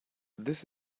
this